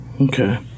Okay